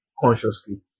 consciously